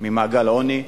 ממעגל העוני.